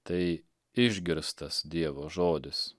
tai išgirstas dievo žodis